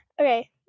okay